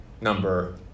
number